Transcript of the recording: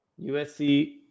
USC